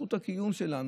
זכות הקיום שלנו,